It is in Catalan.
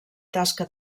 tasca